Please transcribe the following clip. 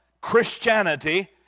Christianity